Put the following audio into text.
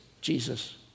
Jesus